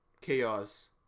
chaos